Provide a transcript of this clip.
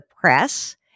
press